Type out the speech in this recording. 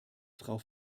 frau